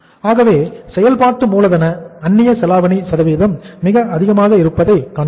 ஆகவே செயல்பாட்டு மூலதன அந்நியச்செலாவணி சதவீதம் மிக அதிகமாக இருப்பதை காண்கிறோம்